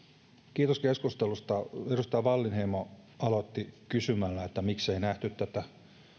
kiitos keskustelusta edustaja wallinheimo aloitti kysymällä miksei nähty tätä